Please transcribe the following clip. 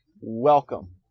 Welcome